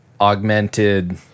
augmented